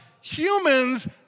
humans